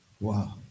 wow